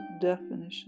definition